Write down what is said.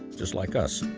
just like us.